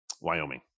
Wyoming